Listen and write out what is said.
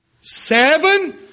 Seven